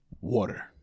water